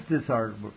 desirable